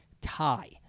tie